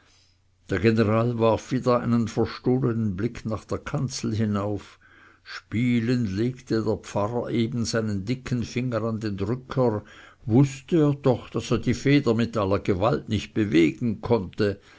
der general warf wieder einen verstohlenen blick nach der kanzel hinauf spielend legte der pfarrer eben seinen dicken finger an den drücker wußte er doch daß er die feder mit aller gewalt nicht bewegen konnte